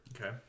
Okay